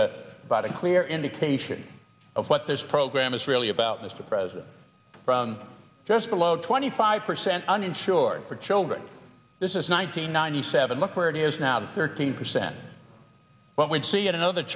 a bout a clear indication of what this program is really about mr president just below twenty five percent uninsured for children this is nine hundred ninety seven look where it is now thirteen percent but we see another